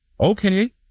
okay